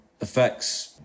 affects